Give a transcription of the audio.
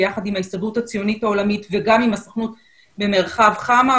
ביחד עם ההסתדרות הציונית העולמית וגם עם הסוכנות במרחב חמ"ע,